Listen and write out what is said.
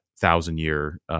thousand-year